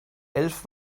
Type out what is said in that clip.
elf